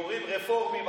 גיורים רפורמיים,